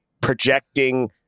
projecting